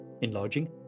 enlarging